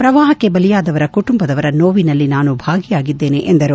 ಪ್ರವಾಹಕ್ಕೆ ಬಲಿಯಾದವರ ಕುಟುಂಬದವರ ನೋವಿನಲ್ಲಿ ನಾನು ಭಾಗಿಯಾಗಿದ್ದೇನೆ ಎಂದು ಹೇಳಿದರು